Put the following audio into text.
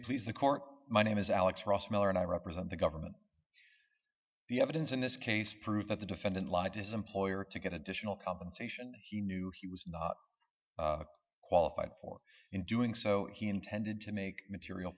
may please the court my name is alex ross miller and i represent the government the evidence in this case prove that the defendant lied to his employer to get additional compensation he knew he was not qualified for in doing so he intended to make material